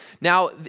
Now